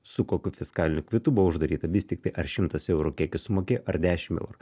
su kokiu fiskaliniu kvitu buvo uždaryta vis tik tai ar šimtas eurų kiek jis sumokėjo ar dešimt eurų